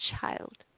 child